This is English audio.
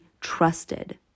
trusted